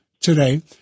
today